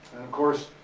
course,